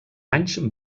anys